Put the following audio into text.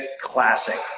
classic